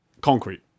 concrete